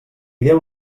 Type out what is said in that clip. déu